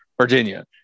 Virginia